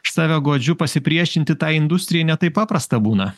save godžiu pasipriešinti tai industrijai ne taip paprasta būna